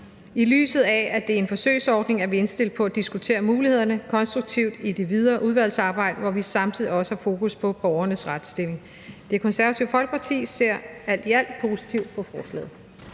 I lyset af at det er en forsøgsordning, er vi indstillet på at diskutere mulighederne konstruktivt i det videre udvalgsarbejde, hvor vi samtidig også har fokus på borgernes retsstilling. Det Konservative Folkeparti ser alt i alt positivt på forslaget.